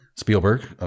spielberg